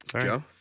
Joe